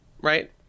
Right